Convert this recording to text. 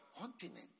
Continents